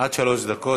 עד שלוש דקות.